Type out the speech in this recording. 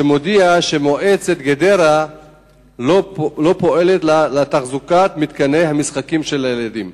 שמודיעה שמועצת גדרה לא פועלת לתחזוקת מתקני המשחקים לילדים.